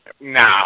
No